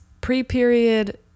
pre-period